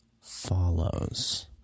follows